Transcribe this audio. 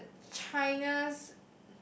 think the China